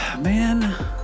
Man